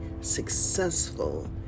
successful